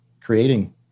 creating